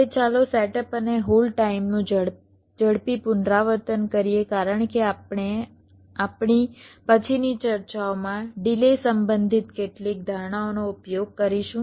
હવે ચાલો સેટઅપ અને હોલ્ડ ટાઇમનું ઝડપી પુનરાવર્તન કરીએ કારણ કે આપણે આપણી પછીની ચર્ચાઓમાં ડિલે સંબંધિત કેટલીક ધારણાઓનો ઉપયોગ કરીશું